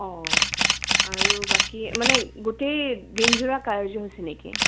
অঁ আৰু বাকী মানে গোটেই দিনযোৰা কাৰ্যসূচী নেকি